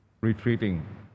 retreating